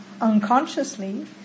unconsciously